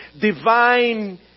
divine